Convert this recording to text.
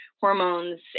hormones